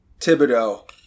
Thibodeau